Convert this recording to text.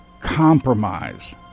compromise